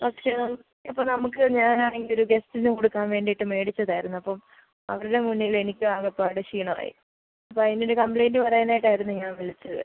പക്ഷെ ഇപ്പം നമുക്ക് ഞാനാണെങ്കിൽ ഒരു ഗസ്റ്റിന് കൊടുക്കാൻ വേണ്ടിയിട്ട് മേടിച്ചതായിരുന്നു അപ്പം അവരുടെ മുന്നിലെനിക്കാകപ്പാട് ക്ഷീണമായി അപ്പോൾ അതിനൊരു കംപ്ലയിൻറ്റ് പറയാനായിട്ടായിരുന്നു ഞാൻ വിളിച്ചത്